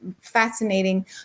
fascinating